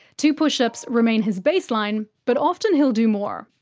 two push-ups remain his baseline, but often he'll do more.